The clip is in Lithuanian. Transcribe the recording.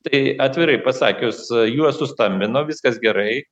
tai atvirai pasakius juos sustambino viskas gerai